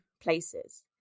places